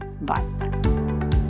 Bye